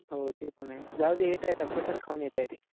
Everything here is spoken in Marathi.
हो ते पण आहे जाऊ दे येता य तता प्रसाद खाऊन येता येते